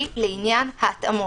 היא לעניין ההתאמות.